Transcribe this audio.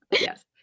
Yes